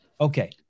Okay